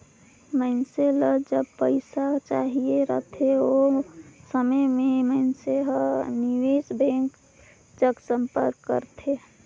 मइनसे ल जब पइसा चाहिए रहथे ओ समे में मइनसे हर निवेस बेंक जग संपर्क करथे